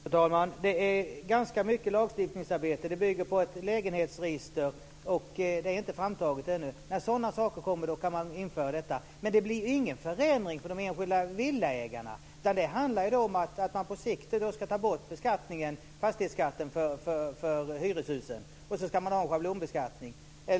Fru talman! Det är ganska mycket lagstiftningsarbete. Det bygger på ett lägenhetsregister, och det är inte framtaget ännu. När sådana saker kommer kan man införa detta. Det blir ingen förändring för de enskilda villaägarna. Det handlar om att man på sikt ska ta bort fastighetsskatten för hyreshusen, och så ska man ha en schablonintäkt.